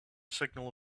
signal